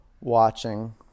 watching